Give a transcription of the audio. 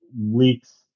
leaks